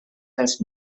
dels